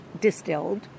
distilled